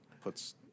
puts